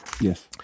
Yes